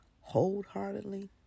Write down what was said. wholeheartedly